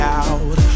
out